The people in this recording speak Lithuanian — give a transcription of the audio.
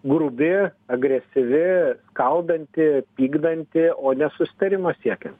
grubi agresyvi skaldanti pykdanti o nesusitarimo siekia